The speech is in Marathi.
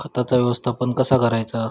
खताचा व्यवस्थापन कसा करायचा?